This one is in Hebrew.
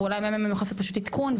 ואולי ה-ממ"מ יוכל לעשות פשוט עדכון.